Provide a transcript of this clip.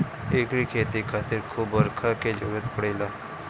एकरी खेती खातिर खूब बरखा के जरुरत पड़ेला